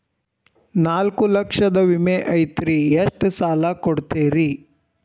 ನಾಲ್ಕು ಲಕ್ಷದ ವಿಮೆ ಐತ್ರಿ ಎಷ್ಟ ಸಾಲ ಕೊಡ್ತೇರಿ?